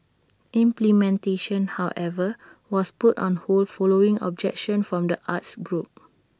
implementation however was put on hold following objection from the arts groups